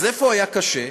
אז איפה היה קשה?